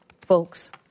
folks